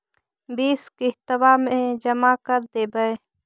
बिस किस्तवा मे जमा कर देवै?